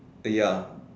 ya